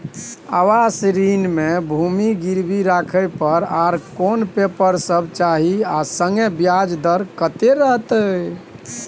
आवास ऋण म भूमि गिरवी राखै पर आर कोन पेपर सब चाही आ संगे ब्याज दर कत्ते रहते?